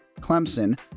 Clemson